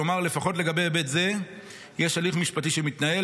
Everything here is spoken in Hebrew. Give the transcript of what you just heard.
כלומר, לפחות לגבי היבט זה יש הליך משפטי שמתנהל.